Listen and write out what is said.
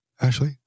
Ashley